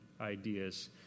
ideas